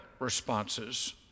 responses